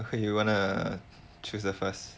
okay you wanna choose the first